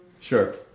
Sure